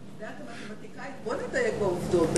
כמתמטיקאי, בוא נדייק בעובדות.